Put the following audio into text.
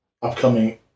Upcoming